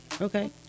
okay